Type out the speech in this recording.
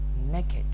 naked